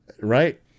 right